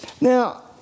Now